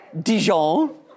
Dijon